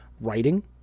writing